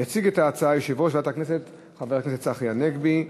יציג את ההצעה יושב-ראש ועדת הכנסת חבר הכנסת צחי הנגבי.